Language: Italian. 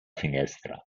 finestra